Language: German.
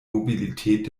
mobilität